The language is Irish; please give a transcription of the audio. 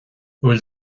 bhfuil